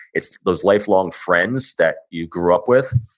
it's those lifelong friends that you grew up with,